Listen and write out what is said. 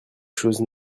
choses